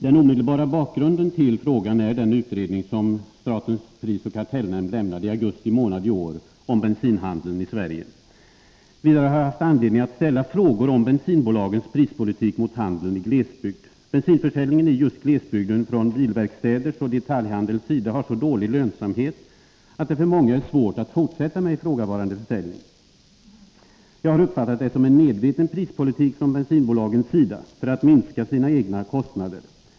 Den omedelbara bakgrunden till frågan är den utredning som statens prisoch kartellnämnd lämnade i augusti månad i år om bensinhandeln i Sverige. Vidare har jag haft anledning att ställa frågor om bensinbolagens prispolitik mot handeln i glesbygd. Bensinförsäljningen i just glesbygden från bilverkstäders och detaljhandels sida har'så dålig lönsamhet att det för många är svårt att fortsätta med ifrågavarande försäljning. Jag har uppfattat det som en medveten prispolitik från bensinbolagens sida för att minska sina egna kostnader.